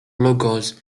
logos